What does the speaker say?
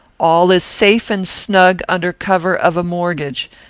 all is safe and snug under cover of a mortgage,